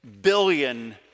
billion